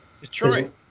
Detroit